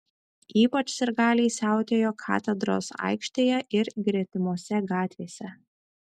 ypač sirgaliai siautėjo katedros aikštėje ir gretimose gatvėse